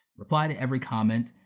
reply to every comment.